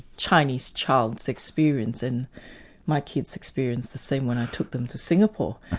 chinese child's experience, and my kids experienced the same when i took them to singapore,